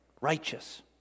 Righteous